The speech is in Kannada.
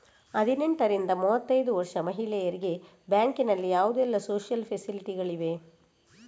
ಹದಿನೆಂಟರಿಂದ ಮೂವತ್ತೈದು ವರ್ಷ ಮಹಿಳೆಯರಿಗೆ ಬ್ಯಾಂಕಿನಲ್ಲಿ ಯಾವುದೆಲ್ಲ ಸೋಶಿಯಲ್ ಫೆಸಿಲಿಟಿ ಗಳಿವೆ?